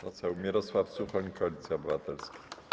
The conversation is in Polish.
Poseł Mirosław Suchoń, Koalicja Obywatelska.